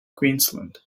queensland